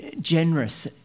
Generous